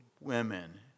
women